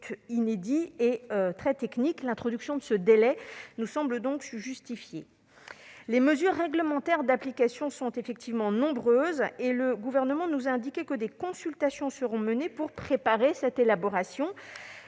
inédite et très technique. L'introduction de ce délai nous semble donc justifiée. Les mesures réglementaires d'application sont effectivement nombreuses. Le Gouvernement a indiqué que des consultations seront menées pour préparer cette élaboration.